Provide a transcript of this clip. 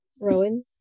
Rowan